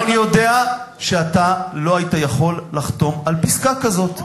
אני יודע שאתה לא היית יכול לחתום על פסקה כזאת.